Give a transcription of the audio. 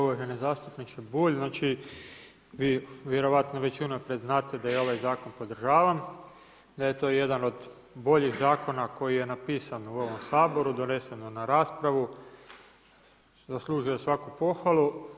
Uvaženi zastupniče Bulj, znači vi vjerovatno već unaprijed znate da ja ovaj zakon podržavam, da je to jedan od boljih zakona koji je napisan u ovom Saboru, doneseno na raspravu, zaslužuje svaku pohvalu.